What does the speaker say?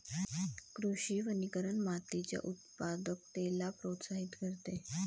कृषी वनीकरण मातीच्या उत्पादकतेला प्रोत्साहित करते